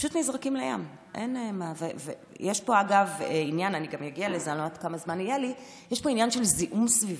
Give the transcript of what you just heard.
יש פה עניין, אני אגיע לזה, של זיהום סביבתי.